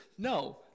No